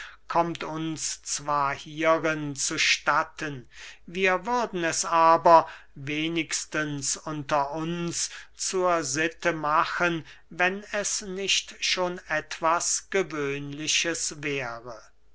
kommt uns zwar hierin zu statten wir würden es aber wenigstens unter uns zur sitte machen wenn es nicht schon etwas gewöhnliches wäre